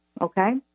okay